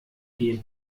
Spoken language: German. gehen